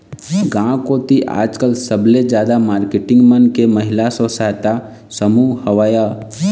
गांव कोती आजकल सबले जादा मारकेटिंग मन के महिला स्व सहायता समूह हवय